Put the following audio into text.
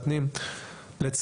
טביעות האצבע ההיסטוריות --- אין לך,